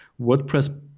WordPress